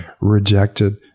rejected